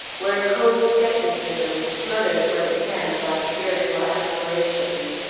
where a cold scepticism smothers what it can of our spiritual aspirations,